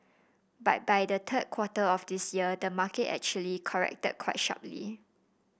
but by the third quarter of this year the market actually corrected quite sharply